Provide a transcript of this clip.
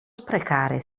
sprecare